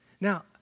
Now